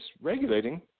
regulating